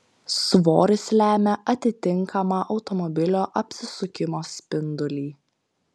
svoris lemia atitinkamą automobilio apsisukimo spindulį